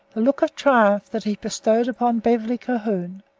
the look of triumph that he bestowed upon beverly calhoun,